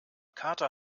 kater